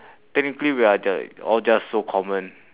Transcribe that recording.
technically we are ju~ all just so common